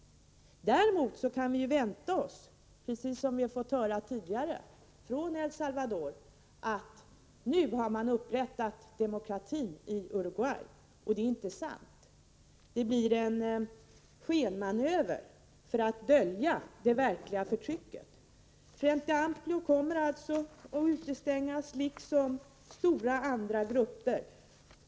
Vi kan däremot vänta oss att från Uruguay få höra precis samma budskap som vi tidigare fått från El Salvador: Nu har man upprättat demokrati i landet. Det är inte sant. Det blir en skenmanöver, för att dölja det verkliga förtrycket. Frente amplio kommer att utestängas, liksom andra stora grupper.